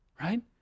Right